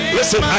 Listen